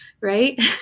right